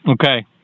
Okay